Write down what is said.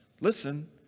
Listen